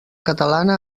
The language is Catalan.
catalana